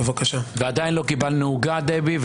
אולי את רוצה